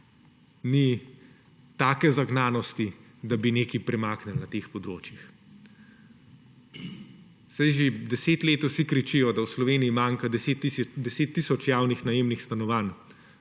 ni take zagnanosti, da bi nekaj premaknili na teh področjih. Saj že deset let vsi kričijo, da v Sloveniji manjka 10 tisoč javnih najemnih stanovanj